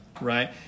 right